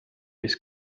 ist